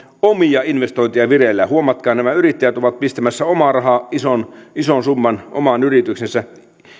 omia investointeja vireillä huomatkaa että nämä yrittäjät ovat pistämässä omaa rahaa ison ison summan omaan yritykseensä